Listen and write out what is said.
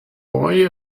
boy